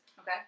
okay